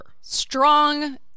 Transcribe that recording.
Strong